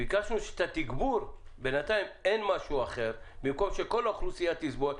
ביקשנו את התגבור בינתיים אין משהו אחר במקום שכל האוכלוסייה תסבול.